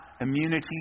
immunity